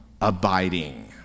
abiding